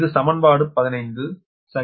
இது சமன்பாடு 15 சரியானது